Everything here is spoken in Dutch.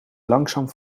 langzaam